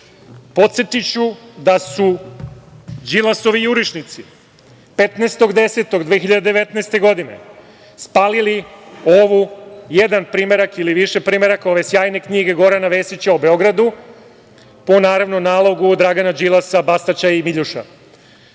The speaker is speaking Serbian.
Srbima. Podsetiću da su Đilasovi jurišnici 15.10.2019. godine, spalili ovu, jedan primerak ili više primeraka, ove sjajne knjige Gorana Vesića o Beogradu, po, naravno, nalogu Dragana Đilasa, Bastaća i Miljuša. Oni,